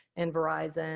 and verizon,